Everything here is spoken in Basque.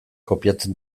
kopiatzen